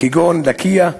כגון לקיה,